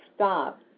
Stop